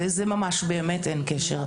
זה ממש באמת אין קשר.